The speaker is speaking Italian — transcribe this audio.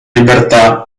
libertà